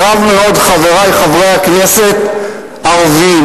חברי חברי הכנסת הערבים,